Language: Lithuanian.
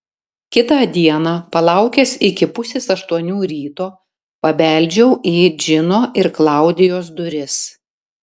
kitą dieną palaukęs iki pusės aštuonių ryto pabeldžiau į džino ir klaudijos duris